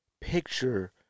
picture